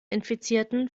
infizierten